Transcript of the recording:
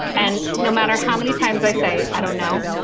and no matter how many times i say, i don't know,